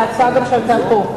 זו גם הצעה שעלתה פה,